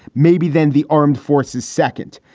maybe then the armed forces second.